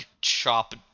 chop